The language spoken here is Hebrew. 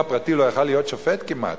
הפרטי לא יכול היה להיות שופט כמעט.